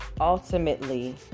ultimately